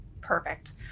Perfect